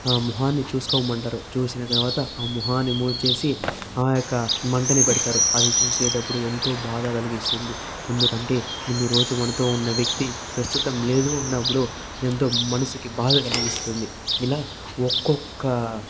మొహాన్ని చూసుకోమంటారు చూసిన తర్వాత ఆ మొహాన్ని మూసేసి ఆ యొక్క మంటను పెడతారు అది చూసేటప్పుడు ఎంతో బాధ కలిగిస్తుంది ఎందుకంటే ఇన్ని రోజులు మనతో ఉన్న వ్యక్తి ప్రస్తుతం లేదు అన్నప్పుడు ఎంతో మనసుకు బాధ కలిగిస్తుంది ఇలా ఒక్కొక్క